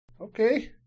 okay